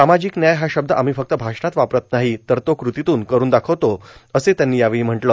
सामाजिक व्याय हा शब्द आम्ही फक्त भाषणात वापरत नाही तर तो कृत्रितून करून दाखवतो असंही त्यांनी यावेळी म्हटलं